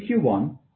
Q1